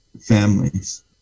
families